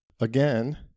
again